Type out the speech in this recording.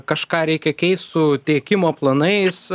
kažką reikia keist su tiekimo planais